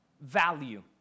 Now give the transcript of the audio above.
value